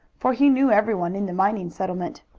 for he knew everyone in the mining settlement.